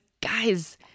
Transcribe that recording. guys